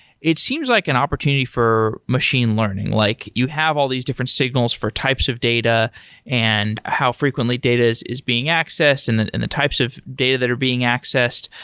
it seems like an opportunity for machine learning. like you have all these different signals for types of data and how frequently data is is being accessed and and the types of data that are being accessed.